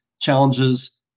challenges